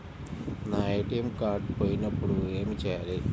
నా ATM card పోయినప్పుడు ఏమి చేయాలి?